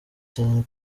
cyane